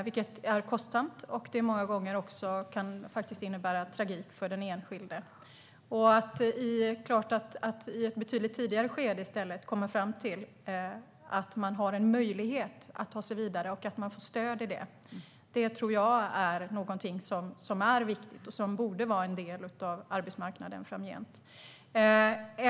Det är kostsamt och kan många gånger faktiskt innebära tragik för den enskilde. Att i ett betydligt tidigare skede komma fram till att man har en möjlighet att ta sig vidare och att man får stöd i det tror jag såklart är någonting viktigt. Det borde vara en del av arbetsmarknaden framgent.